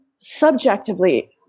subjectively